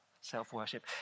self-worship